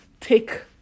take